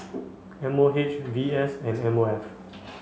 M O H V S and M O F